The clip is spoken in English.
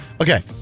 Okay